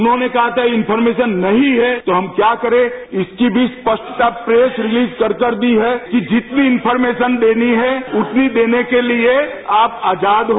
उन्होंने कहा था कि इन्फॉर्मेशन नहीं है तो हम क्या करें उसकी भी सप्टता प्रेस रितीज कर के दी है कि जितनी इन्फॉर्मेशन देनी है उतनी देने के लिए आप आजाद हो